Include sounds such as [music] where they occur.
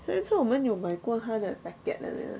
上次我们有买过他的 packet [noise]